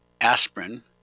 aspirin